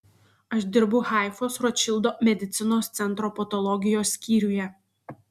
aš dirbu haifos rotšildo medicinos centro patologijos skyriuje